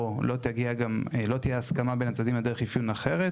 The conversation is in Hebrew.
או לא תהיה הסכמה בין הצדדים על דרך אפיון אחרת